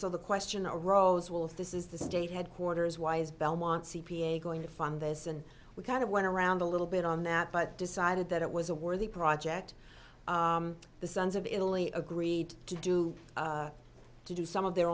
so the question arose will if this is the state headquarters why is belmont c p a going to fund this and we kind of went around a little bit on that but decided that it was a worthy project the sons of italy agreed to do to do some of their